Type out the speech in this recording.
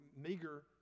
meager